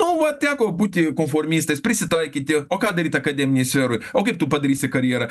nu va teko būti konformistais prisitaikyti o ką daryt akademinėj sferoj o kaip tu padarysi karjerą